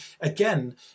again